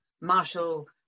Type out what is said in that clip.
Marshall